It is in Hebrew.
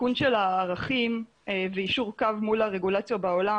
עדכון של הערכים ויישור קו מול הרגולציה בעולם,